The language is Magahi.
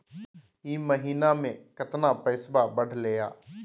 ई महीना मे कतना पैसवा बढ़लेया?